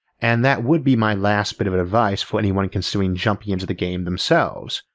and that would be my last bit of advice for anyone considering jumping into the game themselves.